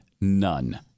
none